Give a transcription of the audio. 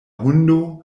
hundo